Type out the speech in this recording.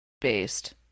based